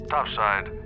Topside